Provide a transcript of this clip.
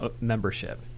membership